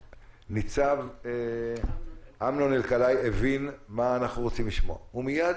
ניצב אמנון אלקלעי הבין מה אנחנו רוצים לשמוע והוא מיד